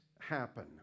happen